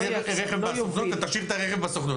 תקנה רכב בסוכנות ותשאיר את הרכב בסוכנות.